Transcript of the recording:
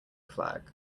flag